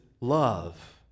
love